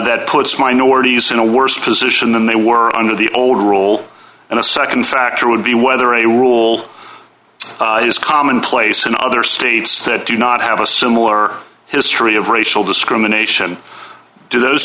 that puts minorities in a worse position than they were under the old rule and the nd factor would be whether a rule is commonplace in other states that do not have a similar history of racial discrimination do those